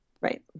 right